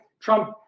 Trump